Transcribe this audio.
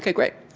great.